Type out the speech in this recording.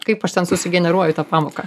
kaip aš ten susigeneruoju tą pamoką